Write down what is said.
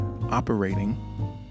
operating